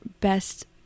best